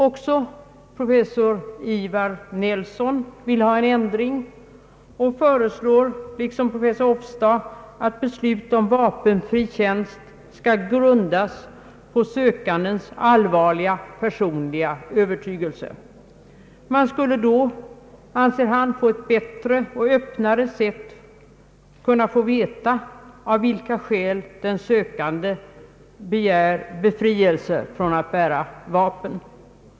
Också professor Ivar Nelson vill ha en ändring och föreslår liksom professor Ofstad att beslut om vapenfri tjänst skall grundas på sökandens allvarliga personliga övertygelse. Man skulle då, anser han, på ett bättre och öppnare sätt kunna få veta av vilken anledning den sökande begär befrielse från att bära vapen.